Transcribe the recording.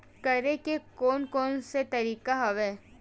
करे के कोन कोन से तरीका हवय?